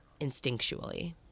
instinctually